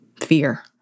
Fear